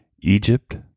Egypt